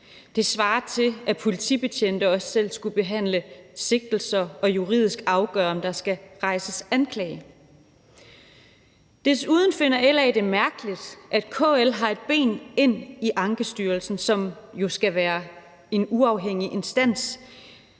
Det svarer til, at politibetjente også selv skulle behandle sigtelser og juridisk afgøre, om der skal rejses anklage. Desuden finder LA det mærkeligt, at KL har et ben ind i Ankestyrelsen, som jo skal være en uafhængig instans,